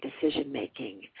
decision-making